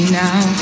now